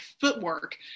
footwork